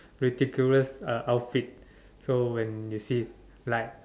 ridiculous uh outfit so when you see like